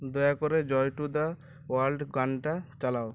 দয়া করে joy to the world গানটা চালাও